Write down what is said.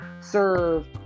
serve